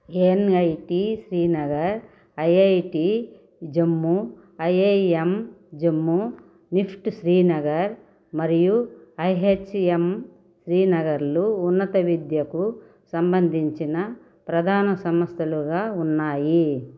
NIT Srinagar IIT Jammu IIM Jammu NIFT Srinagar మరియు IHM శ్రీనగర్లు ఉన్నత విద్యకు సంబంధించిన ప్రధాన సంస్థలుగా ఉన్నాయి